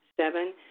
Seven